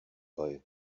boy